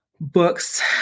books